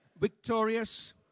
victorious